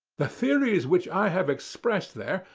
the theories which i have expressed there,